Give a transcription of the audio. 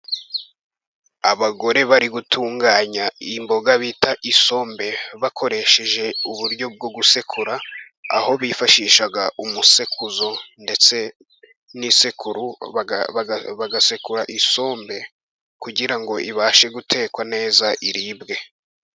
Abagore bari gutunganya imboga bita isombe bakoresheje uburyo bwo gusekura aho bifashisha umusekuzo ndetse n'isekuru bagasekura isombe kugira ngo ibashe gutekwa neza iribwe.